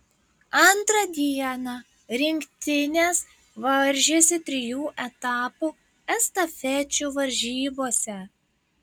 antrą dieną rinktinės varžėsi trijų etapų estafečių varžybose